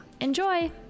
Enjoy